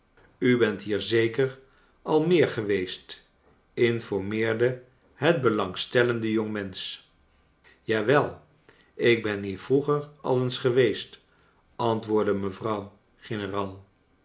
u bent hier zeker al meer geweest informeerde het belangstellende jongmensch jawel ik ben hier vroeger al eens geweest antwoordde mevrouw